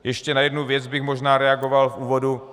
Ještě na jednu věc bych možná reagoval v úvodu.